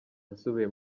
nasubiye